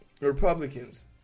Republicans